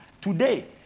Today